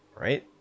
right